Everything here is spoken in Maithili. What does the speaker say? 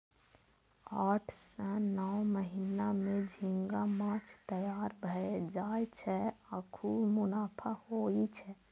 आठ सं नौ महीना मे झींगा माछ तैयार भए जाय छै आ खूब मुनाफा होइ छै